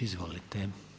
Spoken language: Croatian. Izvolite.